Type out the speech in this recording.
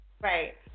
Right